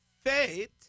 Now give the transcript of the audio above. faith